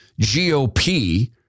GOP